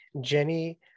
jenny